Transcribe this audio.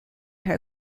her